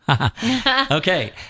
Okay